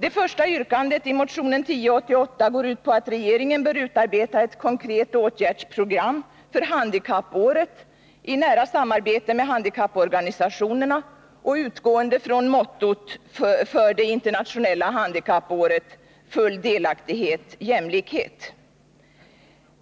Det första yrkandet i motionen 1088 går ut på att regeringen bör utarbeta ett konkret åtgärdsprogram för handikappåret i nära samarbete med handikapporganisationerna och utgående från mottot för internationella handikappåret: Full delaktighet, jämlikhet.